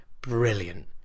brilliant